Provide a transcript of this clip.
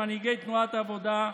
ממנהיגי תנועת העבודה,